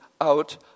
out